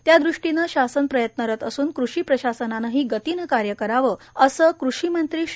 त्यादृष्टीने शासन प्रयत्नरत असून कृषी प्रशासनानेही गतीने कार्य करावे असे कृषी मंत्री डॉ